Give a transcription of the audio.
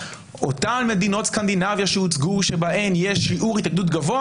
אותן מדינות סקנדינביה שהוצגו שבהן יש שיעור התאגדות גבוה